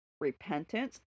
repentance